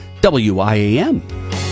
WIAM